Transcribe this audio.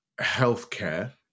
healthcare